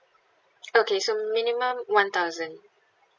okay so minimum one thousand